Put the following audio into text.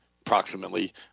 approximately